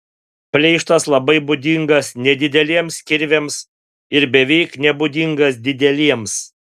pleištas labai būdingas nedideliems kirviams ir beveik nebūdingas dideliems